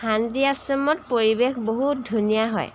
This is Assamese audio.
শান্তি আশ্ৰমত পৰিৱেশ বহুত ধুনীয়া হয়